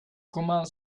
comment